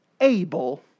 able